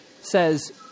says